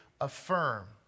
affirm